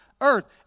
earth